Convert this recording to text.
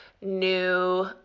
new